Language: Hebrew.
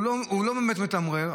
הוא לא באמת מתמרר,